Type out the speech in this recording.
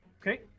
Okay